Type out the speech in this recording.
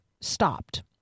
stopped